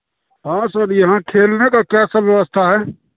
हाँ सर यहाँ खेलने का क्या सर व्यवस्था है